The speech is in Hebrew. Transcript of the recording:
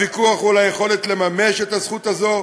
הוויכוח הוא על היכולת לממש את הזכות הזאת,